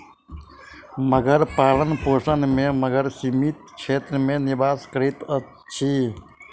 मगर पालनपोषण में मगर सीमित क्षेत्र में निवास करैत अछि